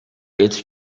its